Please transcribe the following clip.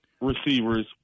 receivers